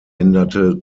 änderte